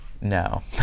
no